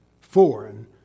foreign